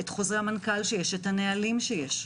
את חוזרי המנכ"ל ואת הנהלים שיש.